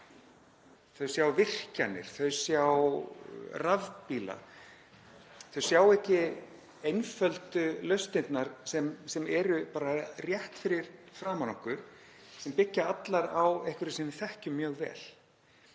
Þau sjá virkjanir, þau sjá rafbíla en ekki einföldu lausnirnar sem eru rétt fyrir framan okkur og byggja allar á einhverju sem við þekkjum mjög vel.